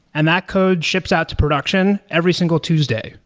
and that code chipsets production every single tuesday,